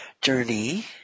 journey